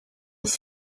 with